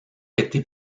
été